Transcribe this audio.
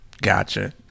gotcha